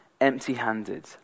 empty-handed